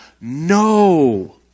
no